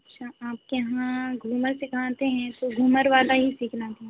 अच्छा आपके यहाँ घूमर सिखाते हैं सो घूमर वाला ही सीखना था